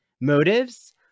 motives